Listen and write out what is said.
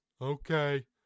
Okay